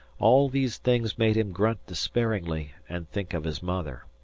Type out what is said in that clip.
all these things made him grunt despairingly and think of his mother.